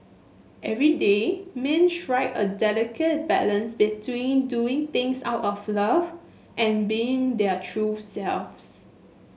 everyday men strike a delicate balance between doing things out of love and being their true selves